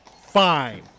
Fine